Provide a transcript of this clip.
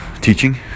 teaching